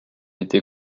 été